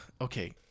Okay